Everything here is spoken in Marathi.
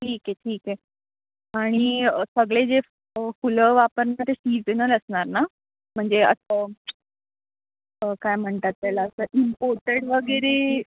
ठीक आहे ठीक आहे आणि सगळे जे फुलं वापरणार ते सीझनल असणार ना म्हणजे असं काय म्हणतात त्याला असं इम्पोटेड वगैरे